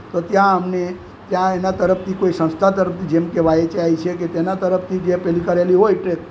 તો ત્યાં અમને ત્યાં એના તરફથી કોઈ સંસ્થા તરફથી જેમકે વાયચાય છે કે તેના તરફથી જે પેલી કરેલી હોય તે